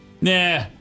Nah